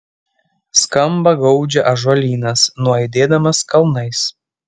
skamba gaudžia ąžuolynas nuaidėdamas kalnais